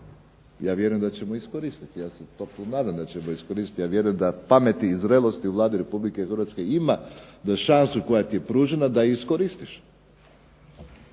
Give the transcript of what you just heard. Ja vjerujem da ćemo iskoristiti. Ja se toplo nadam da ćemo iskoristiti. Ja vjerujem da pameti i zrelosti u Vladi Republike Hrvatske ima da šansu koja ti je pružena da ju iskoristiš,